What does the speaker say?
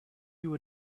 you